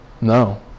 No